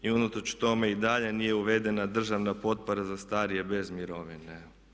I unatoč tome i dalje nije uvedena državna potpora za starije bez mirovine.